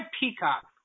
Peacock